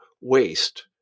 waste